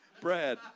Brad